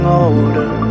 older